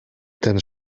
ten